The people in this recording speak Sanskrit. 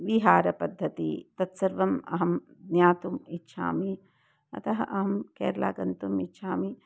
विहारपद्धतिः तत्सर्वम् अहं ज्ञातुम् इच्छामि अतः अहं केरलां गन्तुम् इच्छामि